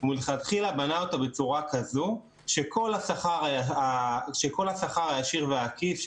הוא מלכתחילה בנה אותו כך שכל השכר הישיר והעקיף,